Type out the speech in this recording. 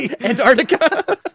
Antarctica